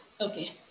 Okay